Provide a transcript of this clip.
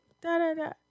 da-da-da